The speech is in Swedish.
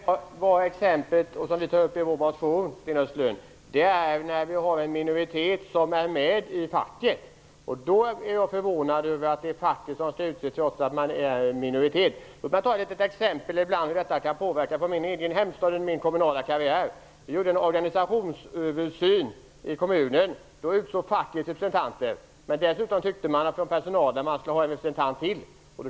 Fru talman! Det jag tog upp här var det exempel vi tog upp i vår motion, Sten Östlund. Det gäller tillfällen då en minoritet av de anställda är med i facket. Jag är förvånad över att det är facket som skall utse representanter, trots att man är i minoritet. Låt mig ta ett exempel på hur detta kan påverka från min egen hemstad och min kommunala karriär. Vi gjorde en organisationsöversyn i kommunen. Då utsåg facket representanter. Dessutom vill personalen ha en representant till.